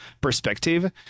perspective